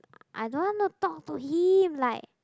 I don't want to talk to him like